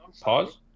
Pause